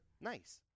nice